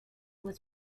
was